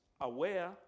aware